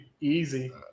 Easy